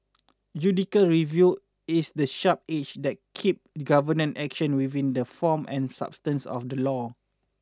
judicial review is the sharp edge that keep government action within the form and substance of the law